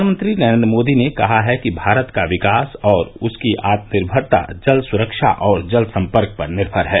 प्रधानमंत्री नरेन्द्र मोदी ने कहा है कि भारत का विकास और उसकी आत्मनिर्भरता जल सुरक्षा और जल संपर्क पर निर्भर है